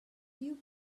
you